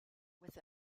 with